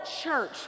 church